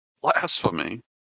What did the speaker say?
Blasphemy